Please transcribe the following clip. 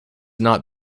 not